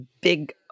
big